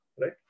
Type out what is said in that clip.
right